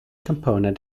component